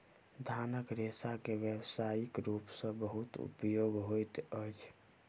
धानक रेशा के व्यावसायिक रूप सॅ बहुत उपयोग होइत अछि